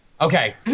Okay